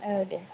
औ दे